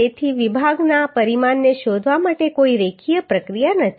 તેથી વિભાગના પરિમાણને શોધવા માટે કોઈ રેખીય પ્રક્રિયા નથી